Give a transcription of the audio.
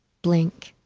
blank.